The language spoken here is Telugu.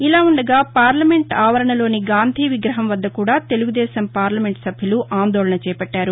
ఇలా వుండగా పార్లమెంటు ఆవరణలోని గాంధీ విగ్రహం వద్ద కూడా తెలుగుదేశం పార్లమెంటు సభ్యులు ఆందోళన చేపట్టారు